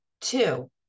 Two